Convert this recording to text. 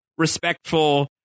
respectful